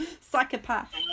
psychopath